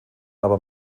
aber